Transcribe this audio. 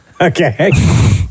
Okay